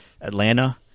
Atlanta